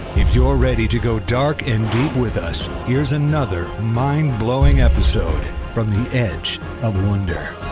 if you're ready to go dark and deep with us, here's another mind blowing episode from the edge of wonder.